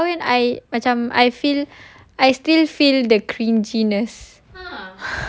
habis bila dia orang kahwin I macam I feel I still feel the cringiness